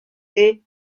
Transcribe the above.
gay